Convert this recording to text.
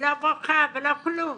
לא בוכה ולא כלום,